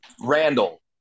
Randall